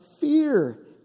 fear